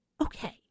okay